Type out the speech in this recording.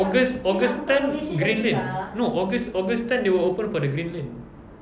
august august ten green lane no august august ten they will open for the green lane